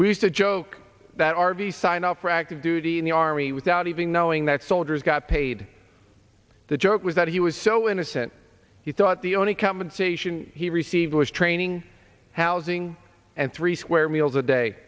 we used to joke that r v sign up for active duty in the army without even knowing that soldiers got paid the joke was that he was so innocent he thought the only common station he received was training housing and three square meals a day